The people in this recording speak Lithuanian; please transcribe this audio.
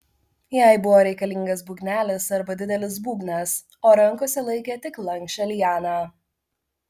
jai buvo reikalingas būgnelis arba didelis būgnas o rankose laikė tik lanksčią lianą